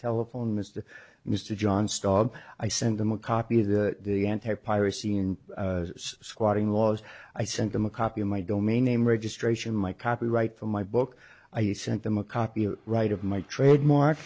telephone mr mr john stop i sent them a copy of the the anti piracy and squatting laws i sent them a copy of my domain name registration my copyright for my book i sent them a copy right of my trademark